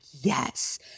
yes